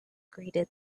greeted